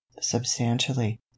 substantially